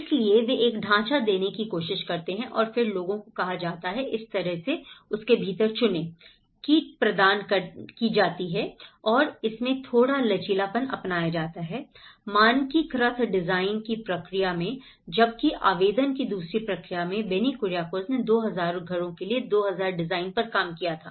इसलिए वे एक ढांचा देने की कोशिश करते हैं और फिर लोगों को कहा जाता है उस तरह से उसके भीतर चुनें किट प्रदान की जाती है और इसमें थोड़ा लचीलापन अपनाया जाता है मानकीकृत डिजाइन की प्रक्रिया में जबकि आवेदन की दूसरी प्रक्रिया में बेनी कुरीआकोज़ ने 2000 घरों के लिए 2000 डिज़ाइनों पर काम किया है